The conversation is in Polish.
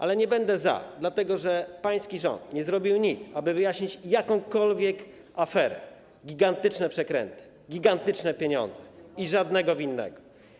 Ale nie będę za, dlatego że pański rząd nie zrobił nic, aby wyjaśnić jakąkolwiek aferę, gigantyczne przekręty na gigantyczne pieniądze - i żadnego winnego.